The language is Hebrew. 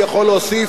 אני יכול להוסיף,